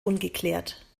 ungeklärt